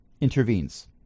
intervenes